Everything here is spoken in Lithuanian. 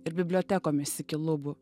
ir bibliotekomis iki lubų